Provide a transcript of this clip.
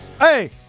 Hey